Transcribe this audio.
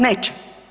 Neće.